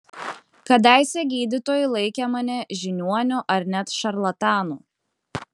kadaise gydytojai laikė mane žiniuoniu ar net šarlatanu